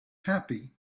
happy